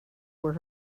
were